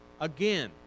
again